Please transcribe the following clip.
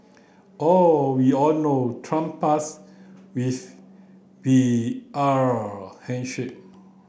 oh we all know Trump past with handshake